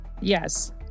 Yes